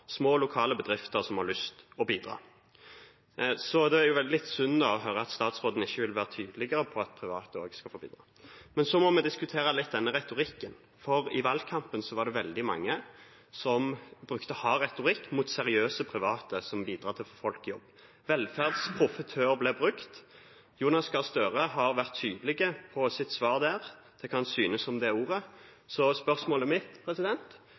små lokale bedrifter som har lyst til å bidra. Så det er litt synd å høre at statsråden ikke vil være tydeligere på at private òg skal få bidra. Men så må vi diskutere denne retorikken, for i valgkampen var det veldig mange som brukte hard retorikk mot seriøse private som bidrar til å få folk i jobb. «Velferdsprofitør» ble brukt. Jonas Gahr Støre har vært tydelig på sitt svar der, om hva han synes om det ordet. Så spørsmålet mitt